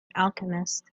alchemist